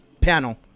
panel